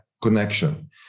connection